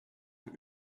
für